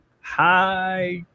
hi